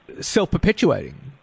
self-perpetuating